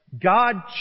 God